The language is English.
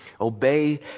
obey